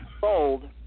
sold